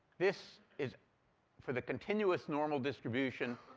this is for the continuous normal distribution,